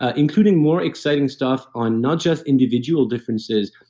ah including more exciting stuff on not just individual differences,